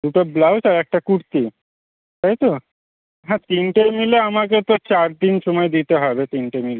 দুটো ব্লাউজ আর একটা কুর্তি তাই তো হ্যাঁ তিনটে মিলে আমাকে তো চার দিন সময় দিতে হবে তিনটে মিলিয়ে